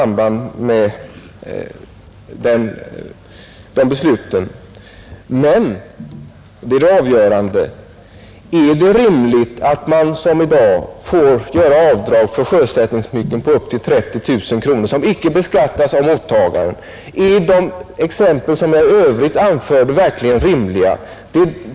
Men, och det är det avgörande, är det acceptabelt att man som i dag får göra avdrag för sjösättningssmycken på upp till 30 000 kronor som inte beskattas hos mottagaren? Är de exempel som jag i övrigt anfört verkligen rimliga?